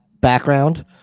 background